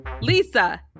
Lisa